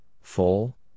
full